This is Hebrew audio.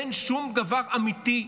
אין שום דבר אמיתי,